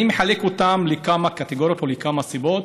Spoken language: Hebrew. אני מחלק אותן לכמה קטגוריות, לכמה סיבות: